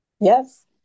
Yes